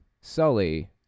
Sully